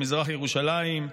במזרח ירושלים,